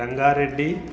Ranga Reddy